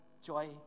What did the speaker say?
joy